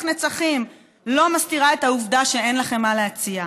נצחים לא מסתירים את העובדה שאין לכם מה להציע.